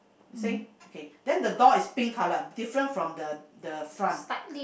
you saying okay then the door is pink colour different from the the front